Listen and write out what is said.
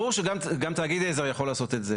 ברור שגם תאגיד עזר יכול לעשות את זה